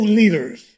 leaders